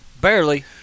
barely